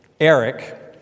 Eric